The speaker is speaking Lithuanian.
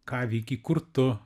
ką veikei kur tu